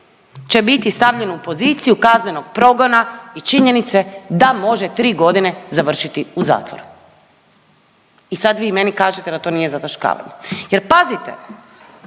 će biti stavljen poziciju kaznenog progona i činjenice da može 3 godine završiti u zatvoru. I sad vi meni kažete da to nije zataškavanje jer pazite